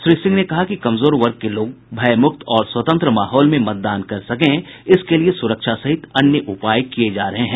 श्री सिंह ने कहा कि कमजोर वर्ग के लोग भयमुक्त और स्वतंत्र माहौल में मतदान कर सकें इसके लिए सुरक्षा सहित अन्य उपाय किये जा रहे हैं